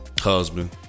husband